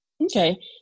Okay